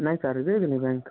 ନାଇଁ ସାର୍ ଦୁଇଦିନ ପାଇଁ